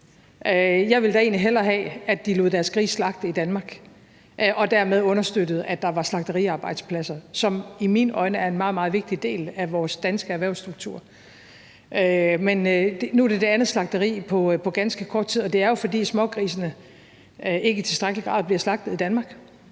Jeg ville da egentlig hellere have, at de lod deres grise slagte i Danmark og dermed understøttede, at der var slagteriarbejdspladser, som i mine øjne er en meget, meget vigtig del af vores danske erhvervsstruktur. Men nu er det det andet slagteri på ganske kort tid, og det er jo, fordi smågrisene ikke i tilstrækkelig grad bliver slagtet i Danmark.